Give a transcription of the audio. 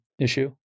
issue